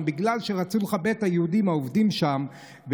בגלל שרצו לכבד את היהודים העובדים שם,